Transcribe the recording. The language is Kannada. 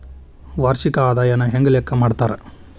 ವಾರ್ಷಿಕ ಆದಾಯನ ಹೆಂಗ ಲೆಕ್ಕಾ ಮಾಡ್ತಾರಾ?